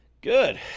Good